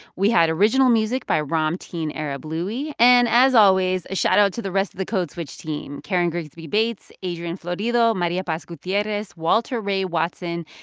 we had original music by ramtin arablouei. and, as always, a shout out to the rest of the code switch team karen grigsby bates, adrian florido, maria paz gutierrez, walter ray watson,